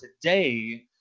today